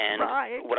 Right